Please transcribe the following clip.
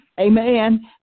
Amen